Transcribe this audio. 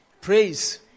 Praise